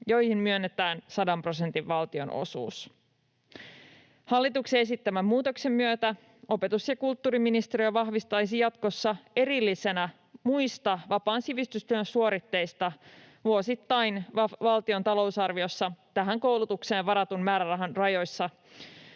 joihin myönnetään sadan prosentin valtionosuus. Hallituksen esittämän muutoksen myötä opetus‑ ja kulttuuriministeriö vahvistaisi jatkossa erillisenä muista vapaan sivistystyön suoritteista vuosittain valtion talousarviossa tähän koulutukseen varatun määrärahan